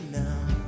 now